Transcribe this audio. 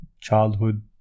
childhood